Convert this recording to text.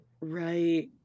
right